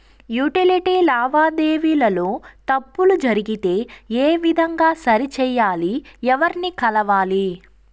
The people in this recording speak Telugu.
యుటిలిటీ లావాదేవీల లో తప్పులు జరిగితే ఏ విధంగా సరిచెయ్యాలి? ఎవర్ని కలవాలి?